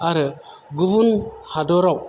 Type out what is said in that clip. आरो गुबुन हादराव